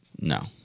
No